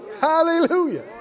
Hallelujah